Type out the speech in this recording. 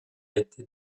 été